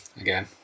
again